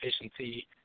efficiency